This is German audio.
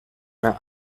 mehr